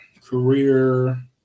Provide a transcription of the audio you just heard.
career